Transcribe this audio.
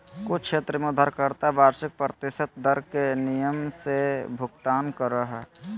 कुछ क्षेत्र में उधारकर्ता वार्षिक प्रतिशत दर के नियम से भुगतान करो हय